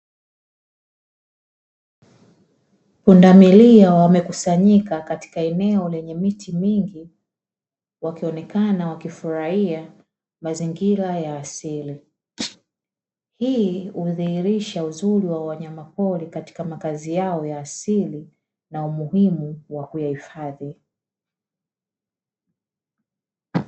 Pundamilia wamekusanyika katika eneo lenye miti mingi, wakionekana wakifurahia mazingira ya asili. Hii hudhihirisha uzuri wa wanyamapori katika makazi yao ya asili na umuhimu wa kuyahifadhi.